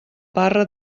parra